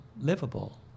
livable